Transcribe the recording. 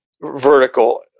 vertical